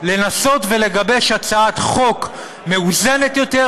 לנסות ולגבש הצעת חוק מאוזנת יותר,